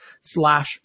slash